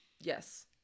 Yes